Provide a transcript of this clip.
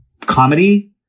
comedy